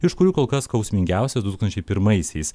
iš kurių kol kas skausmingiausias du tūkstančiai pirmaisiais